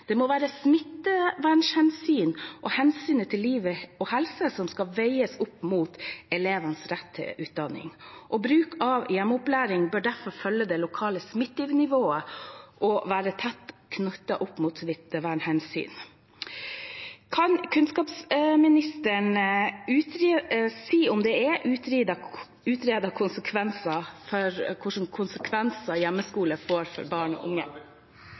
Det må være smittevernhensyn og hensynet til liv og helse som skal veies opp mot elevenes rett til utdanning. Bruk av hjemmeopplæring bør derfor følge det lokale smittevernnivået og være tett knyttet til smittevernhensyn. Kan kunnskapsministeren si om det er utredet hvilke konsekvenser hjemmeskole får for barn og unge?